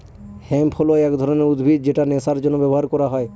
hemp হল এক ধরনের উদ্ভিদ যেটা নেশার জন্য ব্যবহার করা হয়